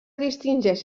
distingeix